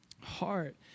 heart